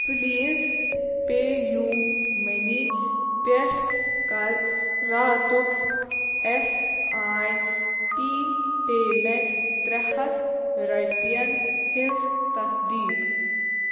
please pay you money پٮ۪ٹھ کَر راتُک اٮ۪س آی پی پیمٮ۪نٛٹ ترٛےٚ ہَتھ رۄپیَن ہِنٛز تصدیٖق